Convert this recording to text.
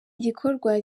gikorwa